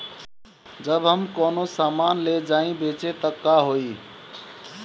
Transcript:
जब हम कौनो सामान ले जाई बेचे त का होही?